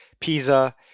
PISA